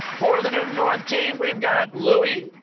for the newton north team, we've got louis,